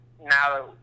now